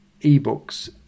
e-books